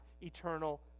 eternal